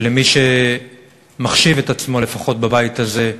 למי שמחשיב את עצמו, לפחות בבית הזה,